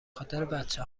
خاطربچه